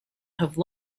have